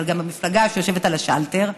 אבל גם במפלגה שיושבת על השלטר.